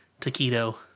taquito